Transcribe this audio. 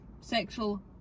sexual